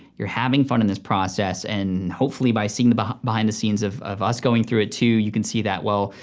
you're having fun in this process and hopefully by seeing the but behind the scenes of of us going through it too, you can see well, well,